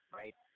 right